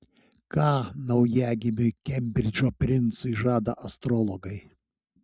ką naujagimiui kembridžo princui žada astrologai